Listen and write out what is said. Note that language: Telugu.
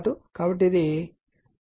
కాబట్టి ఇది 0